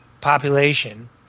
population